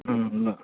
अँ ल